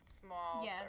small